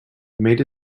made